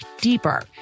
deeper